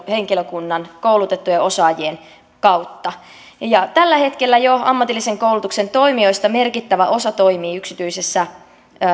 henkilökunnan koulutettujen osaajien kautta tällä hetkellä jo ammatillisen koulutuksen toimijoista merkittävä osa toimii yksityisessä